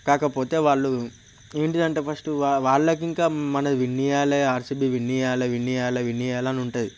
కాకపోతే వాళ్లు ఏంటిదంటే ఫస్టు వాళ్లకు ఇంకా మనం విన్ చేయాలి ఆర్సిబి విన్ చేయాలి విన్ చేయాలే విన్ చేయాలి అని ఉంటుంది